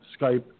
Skype